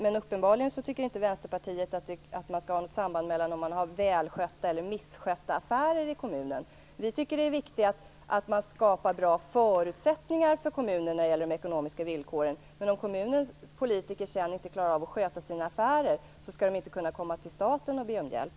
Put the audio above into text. Men uppenbarligen tycker inte Vänsterpartiet att det skall vara något samband med om man har välskötta eller misskötta affärer i kommunen. Vi tycker att det är viktigt att man skapar bra förutsättningar för kommunerna när det gäller de ekonomiska villkoren. Men om kommunernas politiker sedan inte klarar av att sköta sina affärer skall de inte kunna komma till staten och be om hjälp.